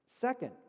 Second